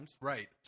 right